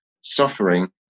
Suffering